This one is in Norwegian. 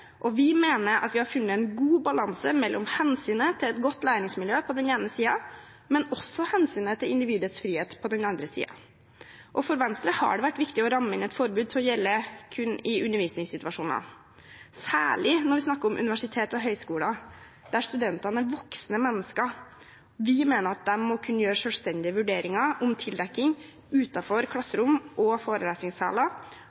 og vi mener at vi har funnet en god balanse mellom hensynet til et godt læringsmiljø på den ene siden og hensynet til individets frihet på den andre siden. For Venstre har det vært viktig å ramme inn et forbud til å gjelde kun i undervisningssituasjoner, særlig når vi snakker om universiteter og høyskoler, der studentene er voksne mennesker. Vi mener at de må kunne gjøre selvstendige vurderinger om tildekking